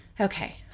Okay